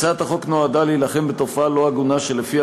הצעת החוק נועדה להילחם בתופעה לא הגונה שלפיה,